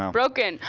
um broken,